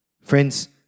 Friends